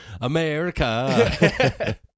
America